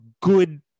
good